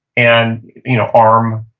and you know arm,